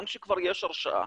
גם כשכבר יש הרשעה